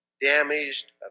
damaged